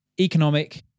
economic